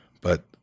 but-